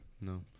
no